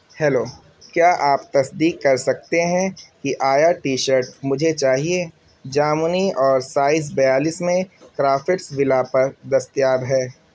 hello کیا آپ تصدیق کر سکتے ہیں کہ آیا ٹی شرٹ مجھے چاہیے جامنی اور سائز بیالیس میں کرافٹس ولا پر دستیاب ہے